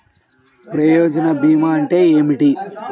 ప్రయోజన భీమా అంటే ఏమిటి?